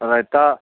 रयता